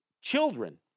children